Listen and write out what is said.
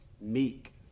meek